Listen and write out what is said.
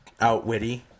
outwitty